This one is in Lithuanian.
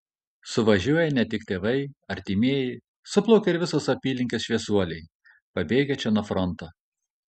suvažiuoja ne tik tėvai artimieji suplaukia ir visos apylinkės šviesuoliai pabėgę čia nuo fronto